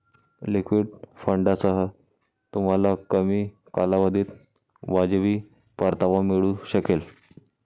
liquid फंडांसह, तुम्हाला कमी कालावधीत वाजवी परतावा मिळू शकेल